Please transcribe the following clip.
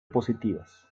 positivas